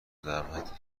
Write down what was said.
دعوت